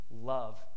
love